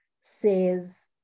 says